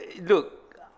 look